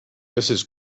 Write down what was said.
mrs